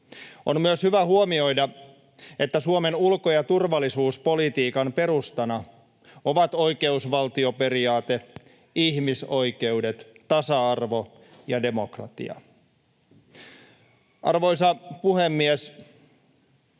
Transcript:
On myös hyvä huomioida, että Suomen ulko- ja turvallisuuspolitiikan perustana ovat oikeusvaltioperiaate, ihmisoikeudet, tasa-arvo ja demokratia. Arvoisa puhemies!